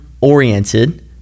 oriented